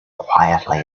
quietly